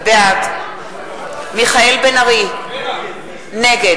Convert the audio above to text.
בעד מיכאל בן-ארי, נגד